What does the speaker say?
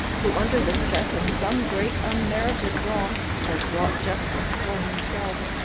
who under the stress of some great, unmerited wrong has wrought justice for himself.